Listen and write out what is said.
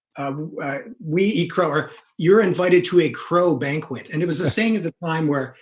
ah we eat crower you're invited to a crow banquet and it was a saying at the time where?